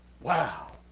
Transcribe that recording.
Wow